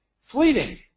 Fleeting